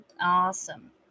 Awesome